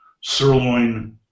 sirloin